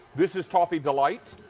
this is coffee delight.